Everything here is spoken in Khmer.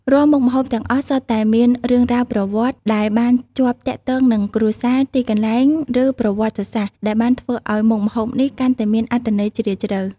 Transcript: រាល់មុខម្ហូបទាំងអស់សុទ្ធតែមាន រឿងរ៉ាវប្រវត្តិ ដែលបានជាប់ទាក់ទងនឹងគ្រួសារ ទីកន្លែង ឬប្រវត្តិសាស្ត្រ ដែលបានធ្វើឱ្យមុខម្ហូបនោះកាន់តែមានអត្ថន័យជ្រាលជ្រៅ។